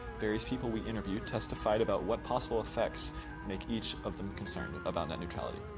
various people we interviewed testified about what possible effects make each of them concerned about net neutrality.